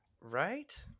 Right